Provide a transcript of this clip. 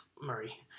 Murray